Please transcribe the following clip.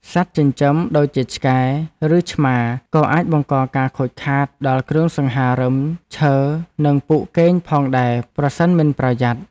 សត្វចិញ្ចឹមដូចជាឆ្កែឬឆ្មាក៏អាចបង្កការខូចខាតដល់គ្រឿងសង្ហារិមឈើនិងពូកគេងផងដែរប្រសិនមិនប្រយ័ត្ន។